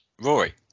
Rory